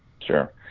sure